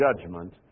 judgment